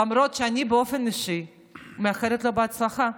למרות שאני באופן אישי מאחלת לו הצלחה,